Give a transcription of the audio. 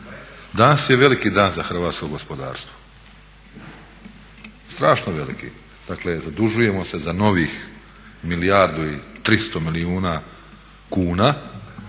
Danas je veliki dan za hrvatsko gospodarstvo, strašno veliki. Dakle zadužujemo se za novih milijardu i 300 milijuna kuna